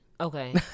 Okay